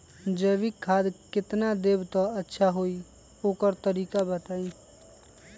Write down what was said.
जैविक खाद केतना देब त अच्छा होइ ओकर तरीका बताई?